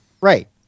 Right